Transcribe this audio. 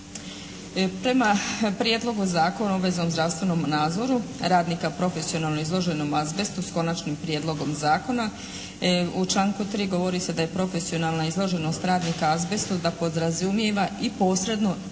Prema Prijedlogu zakona o obveznom zdravstvenom nadzoru radnika profesionalnom izloženom azbestu s Konačnim prijedlogom zakona, u članku 3. govori se da je profesionalna izloženost radnika azbestu da podrazumijeva i posredno i